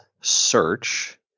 search